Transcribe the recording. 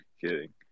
Kidding